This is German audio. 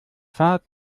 fahrt